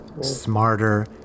smarter